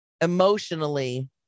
emotionally